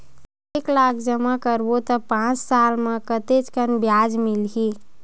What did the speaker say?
एक लाख जमा करबो त पांच साल म कतेकन ब्याज मिलही?